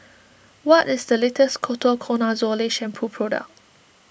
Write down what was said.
what is the latest Ketoconazole Shampoo product